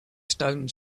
stones